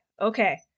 okay